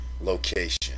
location